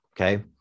okay